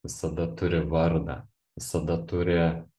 visada turi vardą visada turi